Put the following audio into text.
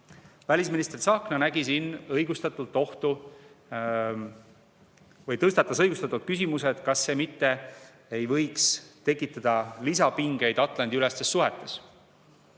Välisminister Tsahkna nägi siin õigustatult ohtu või tõstatas õigustatud küsimuse, kas see mitte ei võiks tekitada lisapingeid Atlandi-ülestes suhetes.